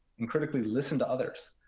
and critically listen to others.